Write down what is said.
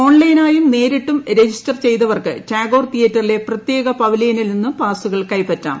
ഓൺലൈനായും നേരിട്ടും രജിസ്റ്റർ ചെയ്തവർക്ക് ടാഗോർ തിയേറ്ററിലെ പ്രത്യേക പവലിയനിൽ നിന്നും പാസുകൾ കൈപ്പറ്റാം